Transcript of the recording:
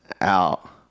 out